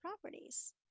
properties